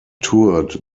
toured